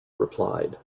replied